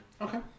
Okay